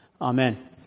amen